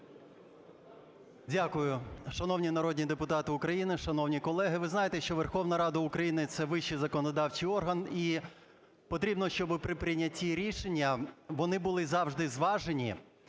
Дякую. Шановні народні депутати України, шановні колеги! Ви знаєте, що Верховна Рада України – це вищий законодавчій орган і потрібно, щоби при прийнятті рішень, вони були завжди зважені